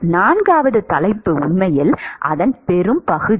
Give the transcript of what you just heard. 4 வது தலைப்பு உண்மையில் அதன் பெரும்பகுதி